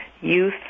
youth